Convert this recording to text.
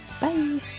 Bye